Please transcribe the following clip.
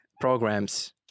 programs